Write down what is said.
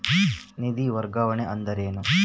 ನಿಧಿ ವರ್ಗಾವಣೆ ಅಂದರೆ ಏನು?